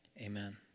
amen